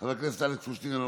חבר הכנסת חיים ביטון,